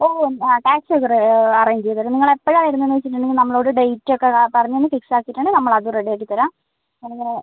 ഓ taxi ഒക്കെ റെ arrange ചെയ്തുതരാം നിങ്ങൾ എപ്പോഴാണ് വരുന്നതെന്ന് വെച്ചിട്ടുണ്ടെങ്കിൽ നമ്മളോട് ഡേറ്റ് ഒക്കെ പറഞ്ഞൊന്ന് ഫിക്സ് ആക്കിയിട്ടാണെങ്കിൽ നമ്മൾ അത് റെഡി ആക്കി തരാം പിന്നെ